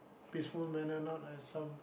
peaceful manner not like some